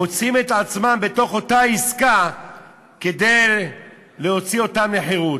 מוצאים את עצמם בתוך אותה עסקה כדי להוציא אותם לחירות.